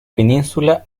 península